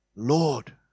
Lord